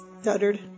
stuttered